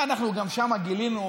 אנחנו גם שם גילינו,